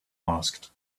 asked